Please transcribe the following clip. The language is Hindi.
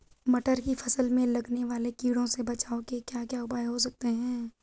मटर की फसल में लगने वाले कीड़ों से बचाव के क्या क्या उपाय हो सकते हैं?